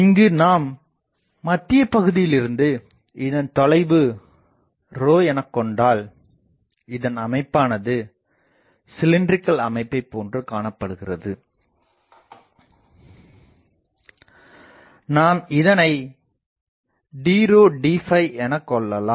இங்கு நாம் மத்தியபகுதியில் இருந்து இதன் தொலைவு எனகொண்டால் இதன் அமைப்பானது சிலின்றிகள் அமைப்பை போன்று காணப்படுகிறது நாம் இதனை ddஎனக்கொள்ளலாம்